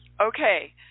Okay